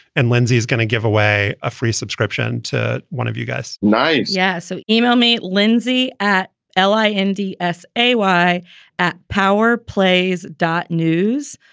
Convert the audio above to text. and lindsey is gonna give away a free subscription to one of you guys nice. yeah. so email me. lindsey at l a. m d s a y at power plays dark news.